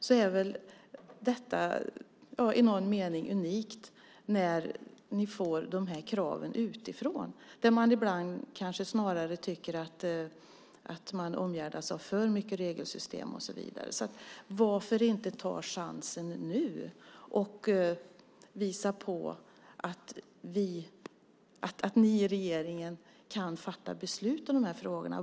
Det är väl i någon mening unikt när ni får de här kraven utifrån, där man ibland snarare tycker att man omgärdas av för mycket regelsystem och så vidare. Varför inte ta chansen nu och visa på att ni i regeringen kan fatta beslut om de här frågorna?